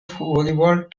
volleyball